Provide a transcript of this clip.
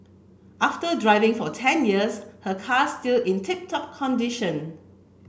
after driving for ten years her car still in tip top condition